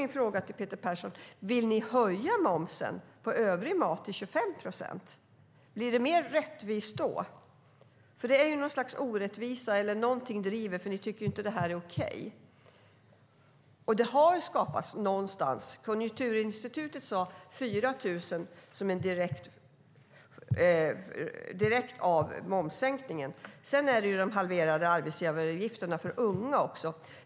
Min fråga till Peter Persson är: Vill ni höja momsen på övrig mat till 25 procent? Blir det mer rättvist då? Det är orättvisa eller någonting liknande som driver er, för ni tycker ju inte att det här är okej. Konjunkturinstitutet sade att 4 000 jobb är en direkt följd av momssänkningen. Sedan har vi de halverade arbetsgivaravgifterna för unga också.